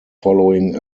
following